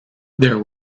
there